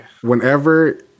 whenever